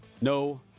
No